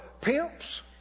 pimps